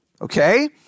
Okay